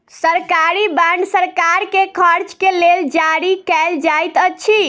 सरकारी बांड सरकार के खर्च के लेल जारी कयल जाइत अछि